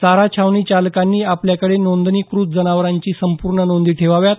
चारा छावणी चालकांनी आपल्याकडे नोंदणीकृत जनावरांच्या संपूर्ण नोंदी ठेवाव्यात